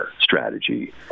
strategy